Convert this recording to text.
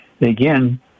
again